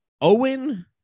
Owen